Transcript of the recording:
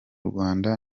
rwanda